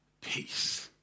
peace